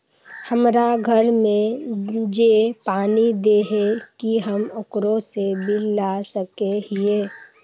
हमरा घर में जे पानी दे है की हम ओकरो से बिल ला सके हिये?